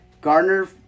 Gardner